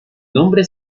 nombre